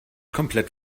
komplett